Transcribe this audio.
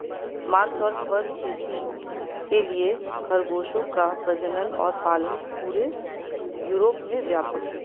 मांस और फर खेती के लिए खरगोशों का प्रजनन और पालन पूरे यूरोप में व्यापक है